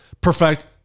perfect